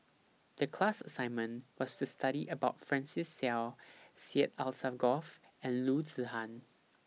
The class assignment was to study about Francis Seow Syed Alsagoff and Loo Zihan